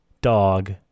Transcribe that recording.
dog